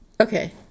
Okay